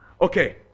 Okay